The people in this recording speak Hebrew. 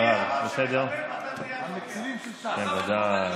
דרעי יהיה הרב שמחתן, ואתה תהיה המפקח.